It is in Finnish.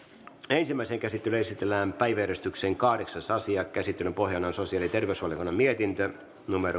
ensimmäiseen käsittelyyn esitellään päiväjärjestyksen kahdeksas asia käsittelyn pohjana on sosiaali ja terveysvaliokunnan mietintö